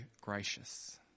gracious